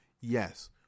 Yes